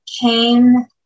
came